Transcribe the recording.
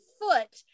foot